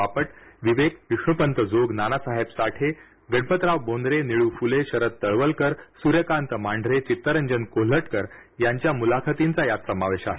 बापट विवेक विष्णूपंत जोग नानासाहेब साठे गणपतराव बोंद्रे नीळू फुले शरद तळवलकर सूर्यकांत मांढरे चित्तरंजन कोल्हटकर यांच्या मुलाखतींचा यात समावेश आहे